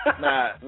Nah